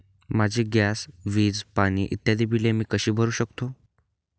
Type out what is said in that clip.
माझी गॅस, वीज, पाणी इत्यादि बिले मी कशी भरु शकतो?